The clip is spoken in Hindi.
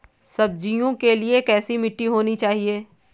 सब्जियों के लिए कैसी मिट्टी होनी चाहिए?